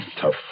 tough